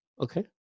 Okay